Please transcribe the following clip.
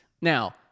Now